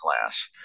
class